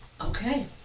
Okay